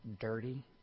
dirty